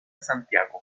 santiago